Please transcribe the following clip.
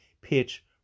pitch